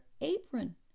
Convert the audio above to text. apron